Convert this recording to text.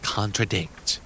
Contradict